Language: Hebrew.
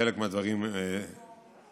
חלק מהדברים מוסכמים,